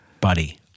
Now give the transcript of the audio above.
buddy